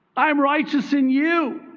i'm righteous in you.